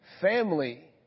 family